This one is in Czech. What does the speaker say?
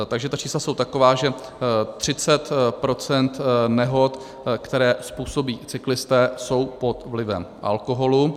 Takže ta čísla jsou taková, že 30 % nehod, které způsobí cyklisté, jsou pod vlivem alkoholu.